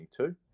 2022